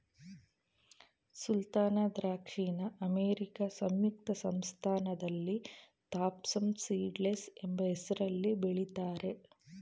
ಸುಲ್ತಾನ ದ್ರಾಕ್ಷಿನ ಅಮೇರಿಕಾ ಸಂಯುಕ್ತ ಸಂಸ್ಥಾನದಲ್ಲಿ ಥಾಂಪ್ಸನ್ ಸೀಡ್ಲೆಸ್ ಎಂಬ ಹೆಸ್ರಲ್ಲಿ ಬೆಳಿತಾರೆ